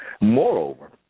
Moreover